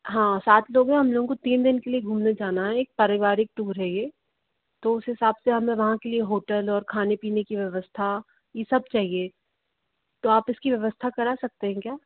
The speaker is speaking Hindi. हाँ सात लोग हैं हम लोगों को तीन दिन के लिए घूमने जाना है एक पारिवारिक टूर है ये तो उस हिसाब से हमे वहाँ के लिए होटल और खाने पीने की व्यवस्था ये सब चाहिए तो आप इसकी व्यवस्था करा सकते हैं क्या